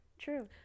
true